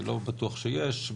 אני לא בטוח שיש,